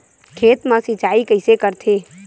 खेत मा सिंचाई कइसे करथे?